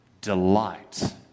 delight